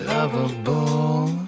Lovable